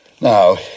Now